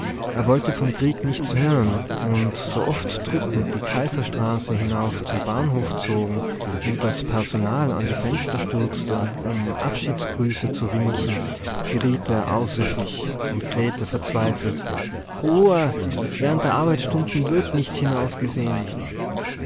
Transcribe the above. er wollte vom krieg nichts hören und so oft truppen die kaiserstraße hinauf zum bahnhof zogen und das personal an die fenster stürzte um abschiedsgrüße zu winken geriet er außer sich und krähte verzweifelt ruhe während der arbeitsstunden wird nicht hinausgesehen